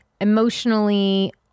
emotionally